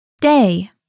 Day